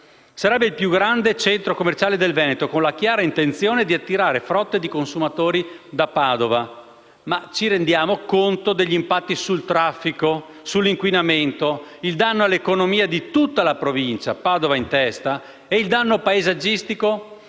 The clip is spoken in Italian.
Sarebbe il più grande centro commerciale del Veneto, con la chiara intenzione di attirare frotte di consumatori da Padova. Ma ci rendiamo conto degli impatti sul traffico e sull'inquinamento? Il danno per l'economia di tutta la provincia, Padova in testa? E il danno paesaggistico?